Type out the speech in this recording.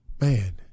Man